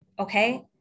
okay